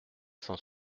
cent